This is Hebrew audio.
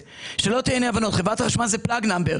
שלא תהיינה אי-הבנות, חברת החשמל זה plug number,